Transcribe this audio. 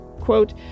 quote